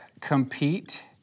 compete